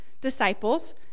disciples